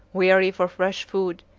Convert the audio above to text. weary for fresh food,